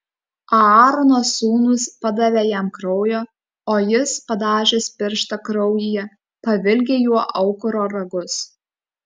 aarono sūnūs padavė jam kraujo o jis padažęs pirštą kraujyje pavilgė juo aukuro ragus